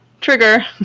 trigger